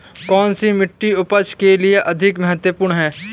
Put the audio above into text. कौन सी मिट्टी उपज के लिए अधिक महत्वपूर्ण है?